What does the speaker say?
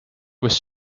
was